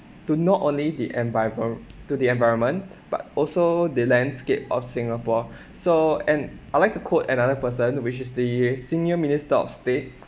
to not only the envivor~ to the environment but also the landscape of singapore so and I like to quote another person which is the the senior minister of state